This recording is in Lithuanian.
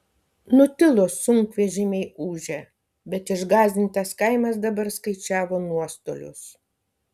nutilo sunkvežimiai ūžę bet išgąsdintas kaimas dabar skaičiavo nuostolius